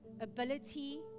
ability